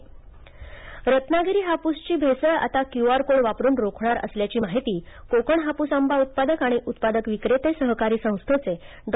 हापस रत्नागिरी हापुसची भेसळ आता क्युआर कोड वापरून रोखणार असल्याची माहिती कोकण हापुस आंबा उत्पादक आणि उत्पादक विक्रेते सहकारी संस्थेचे डॉ